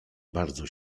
bardzo